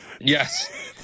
Yes